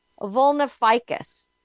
Vulnificus